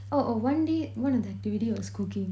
oh oh one day one of the activity was cooking